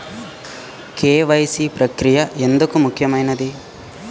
KYC ప్రక్రియ ఎందుకు ముఖ్యమైనది?